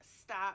Stop